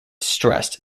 stressed